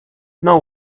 know